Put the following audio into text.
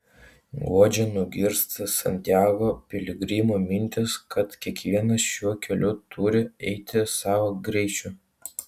guodžia nugirsta santiago piligrimų mintis kad kiekvienas šiuo keliu turi eiti savo greičiu